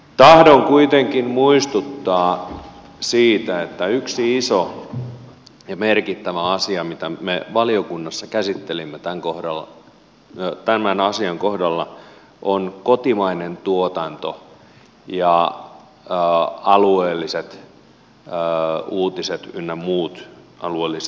tahdon kuitenkin muistuttaa siitä että yksi iso ja merkittävä asia mitä me valiokunnassa käsittelimme tämän asian kohdalla on kotimainen tuotanto ja alueelliset uutiset ynnä muut alueelliset toiminnot